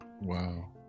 Wow